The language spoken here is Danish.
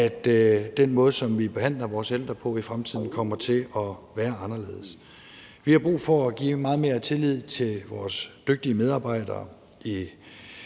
at den måde, som vi behandler vores ældre på i fremtiden, kommer til at være anderledes. Vi har brug for at give meget mere tillid til vores dygtige medarbejdere